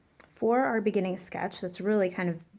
for our beginning sketch, that's really, kind of,